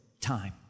time